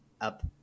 up